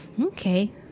okay